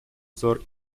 взор